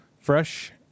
fresh